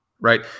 right